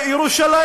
בסוריה.